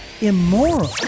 immoral